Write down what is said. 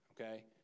okay